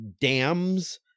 dams